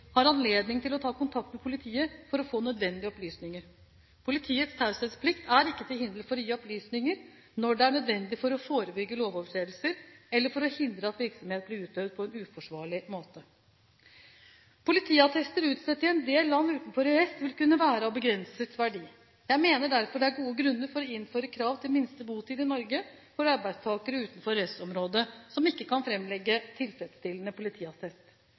har anledning til å ta kontakt med politiet for å få nødvendige opplysninger. Politiets taushetsplikt er ikke til hinder for å gi opplysninger når det er nødvendig for å forebygge lovovertredelser, eller for å hindre at virksomhet blir utøvd på en uforsvarlig måte. Politiattester utstedt i en del land utenfor EØS-området vil kunne være av begrenset verdi. Jeg mener derfor det er gode grunner for å innføre krav til minste botid i Norge for arbeidstakere utenfor EØS-området som ikke kan framlegge tilfredsstillende